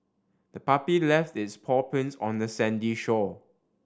the puppy left its paw prints on the sandy shore